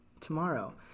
tomorrow